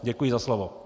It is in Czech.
Děkuji za slovo.